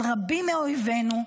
של רבים מאויבינו,